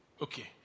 Okay